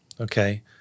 Okay